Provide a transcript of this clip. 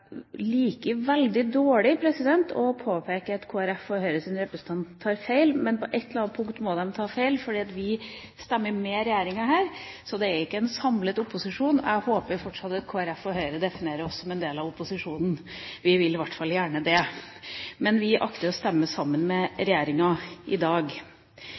tar feil, men på et eller annet punkt må de ta feil, fordi vi stemmer med regjeringa her, så det er ikke en samlet opposisjon. Jeg håper Kristelig Folkeparti og Høyre fortsatt definerer oss som en del av opposisjonen – vi vil i hvert fall gjerne det – men vi akter å stemme sammen med regjeringa i dag.